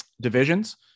divisions